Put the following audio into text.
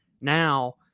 Now